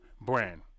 brand